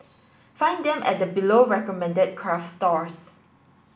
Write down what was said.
find them at the below recommended craft stores